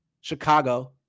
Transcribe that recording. Chicago